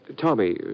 Tommy